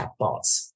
chatbots